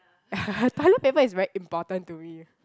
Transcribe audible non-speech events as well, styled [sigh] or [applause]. [laughs] toilet paper is very important to me